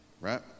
right